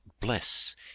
bless